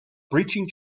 breaching